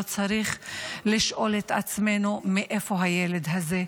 לא צריך לשאול את עצמנו מאיפה הילד הזה,